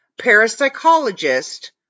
parapsychologist